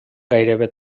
gairebé